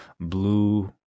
Blue